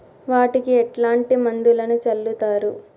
వాటికి ఎట్లాంటి మందులను చల్లుతరు?